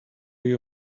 you